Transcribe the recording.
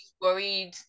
worried